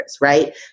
right